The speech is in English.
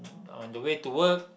on the way to work